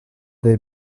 they